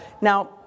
Now